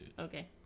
Okay